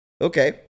Okay